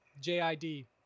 J-I-D